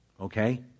Okay